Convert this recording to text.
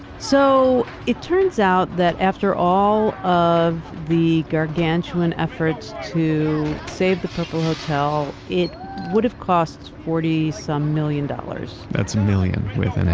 so it turns out that after all of the gargantuan efforts to save the purple hotel, it would've cost forty some million dollars. that's million with an m.